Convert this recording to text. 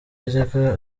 yajyaga